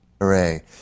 Hooray